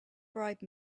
bribe